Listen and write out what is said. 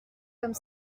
comme